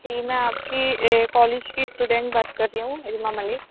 جی میں آپ کی کالج کی اسٹوڈنٹ بات کر رہی ہوں علما ملک